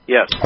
Yes